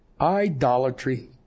idolatry